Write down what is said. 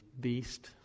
beast